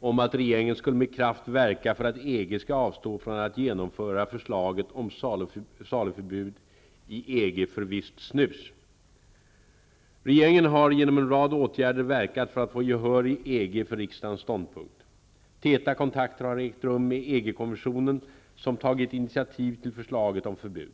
om att regeringen skulle med kraft verka för att EG skall avstå från att genomföra förslaget om saluförbud i EG för visst snus. Regeringen har genom en rad åtgärder verkat för att få gehör i EG för riksdagens ståndpunkt. Täta kontakter har ägt rum med EG-kommissionen, som tagit initiativet till förslaget om förbud.